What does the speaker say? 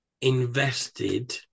invested